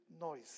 noise